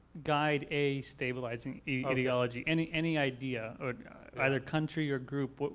guide a stabilizing ideology, any any idea, either country or group, but